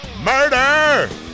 murder